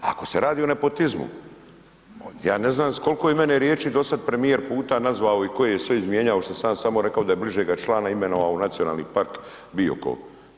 Ako se radi o nepotizmu, ja ne znam s koliko je mene riječi do sada premijer puta nazvao i koje je sve izmijenjao što sam ja samo rekao da je bližega člana imenovao u Nacionalni park Biokovo.